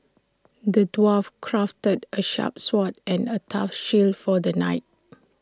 the dwarf crafted A sharp sword and A tough shield for the knight